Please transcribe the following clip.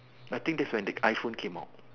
I think that's when the iPhone came out